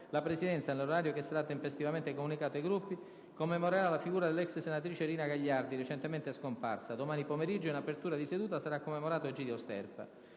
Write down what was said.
la Presidenza - nell'orario che sarà tempestivamente comunicato ai Gruppi - commemorerà la figura dell'ex senatrice Rina Gagliardi, recentemente scomparsa. Domani pomeriggio, in apertura di seduta, sarà commemorato Egidio Sterpa.